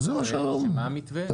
מה המתווה?